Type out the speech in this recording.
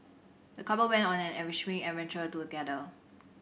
the couple went on an enriching adventure together